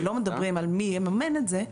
ולא מדברים על מי יממן את זה.